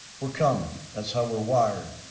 we are coming. that's how we are wired.